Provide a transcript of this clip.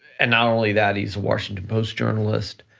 and not only that, he's washington post journalist,